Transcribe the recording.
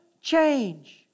change